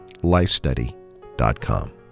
lifestudy.com